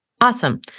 awesome